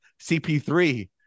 CP3